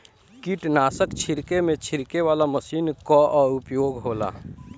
कीटनाशक छिड़के में छिड़के वाला मशीन कअ उपयोग होला